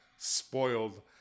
spoiled